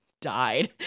died